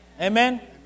Amen